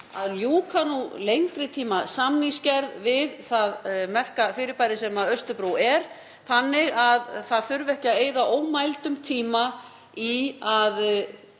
að ljúka nú lengri tíma samningsgerð við það merka fyrirbæri sem Austurbrú er þannig að fólk þurfi ekki að eyða ómældum tíma ár